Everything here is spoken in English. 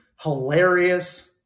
hilarious